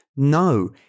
No